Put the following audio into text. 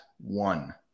one